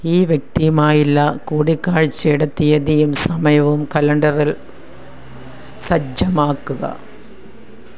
ഈ വ്യക്തിയുമായുള്ള കൂടികാഴ്ച്ചയുടെ തീയതിയും സമയവും കലണ്ടറിൽ സജ്ജമാക്കുക